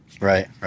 Right